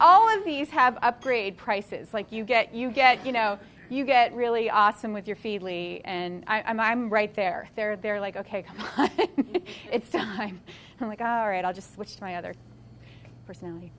all of these have upgrade prices like you get you get you know you get really awesome with your feedly and i'm right there there they're like ok it's time to go right i just switched my other personality